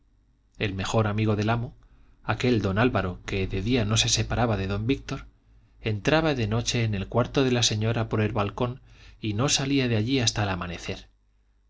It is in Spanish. el mejor amigo del amo aquel don álvaro que de día no se separaba de don víctor entraba de noche en el cuarto de la señora por el balcón y no salía de allí hasta el amanecer